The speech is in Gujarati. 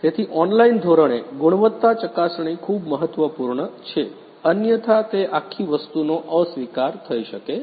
તેથી ઓનલાઇન ધોરણે ગુણવત્તા ચકાસણી ખૂબ મહત્વપૂર્ણ છે અન્યથા તે આખી વસ્તુનો અસ્વીકાર થઈ શકે છે